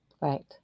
Right